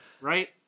right